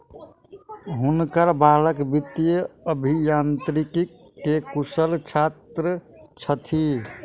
हुनकर बालक वित्तीय अभियांत्रिकी के कुशल छात्र छथि